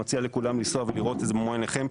מציע לכולם לנסוע ולראות את זה במו עינכם.